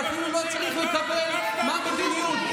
אני אפילו לא צריך לקבל על מה המדיניות,